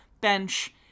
bench